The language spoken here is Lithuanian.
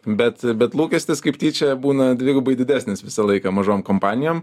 bet bet lūkestis kaip tyčia būna dvigubai didesnis visą laiką mažom kompanijom